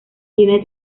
tiene